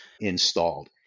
installed